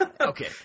Okay